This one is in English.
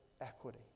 equity